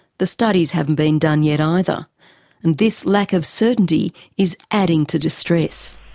the studies haven't been done yet either and this lack of certainty is adding to distress.